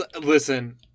Listen